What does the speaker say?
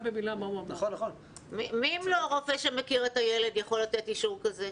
מי אם לא רופא שמכיר את הילד יכול לתת אישור כזה?